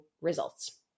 results